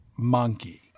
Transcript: monkey